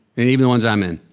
and even the one's i'm in.